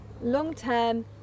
long-term